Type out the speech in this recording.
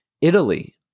Italy